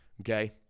Okay